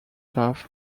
staff